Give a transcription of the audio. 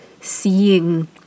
seeing